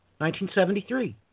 1973